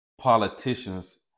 politicians